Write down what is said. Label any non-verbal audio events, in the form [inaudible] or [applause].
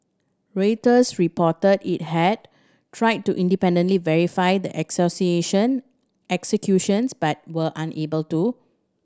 Reuters reported it had tried to independently verify the [unintelligible] accusations but were unable to